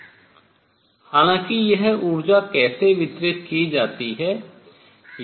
हालाँकि यह ऊर्जा कैसे वितरित की जाती है